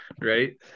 Right